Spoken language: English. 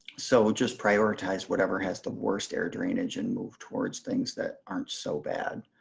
so just prioritize whatever has the worst air drainage and move towards things that aren't so bad.